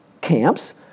camps